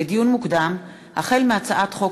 לדיון מוקדם: החל בהצעת חוק